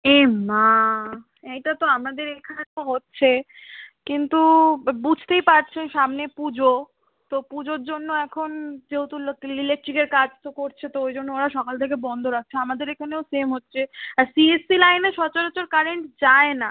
এমা এইটা তো আমাদের এখানে তো হচ্ছে কিন্তু বুঝতেই পারছো সামনে পুজো তো পুজোর জন্য এখন যেহেতু লতিল ইলেকট্রিকের কাজ তো করছে তো ওই জন্য ওরা সকাল থেকে বন্ধ রাখছে আমাদের এখানেও সেম হচ্ছে আর সিইএসসি লাইনে সরাচর কারেন্ট যায় না